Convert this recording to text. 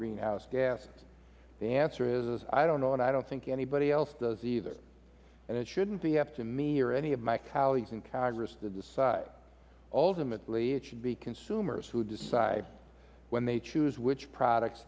greenhouse gas the answer is i don't know and i don't think anybody else does either it shouldn't be up to me or any of my colleagues in congress to decide ultimately it should be consumers who decide when they choose which products